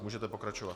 Můžete pokračovat.